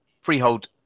freehold